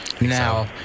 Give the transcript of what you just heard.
now